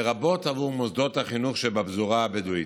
לרבות עבור מוסדות החינוך שבפזורה הבדואית.